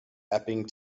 epping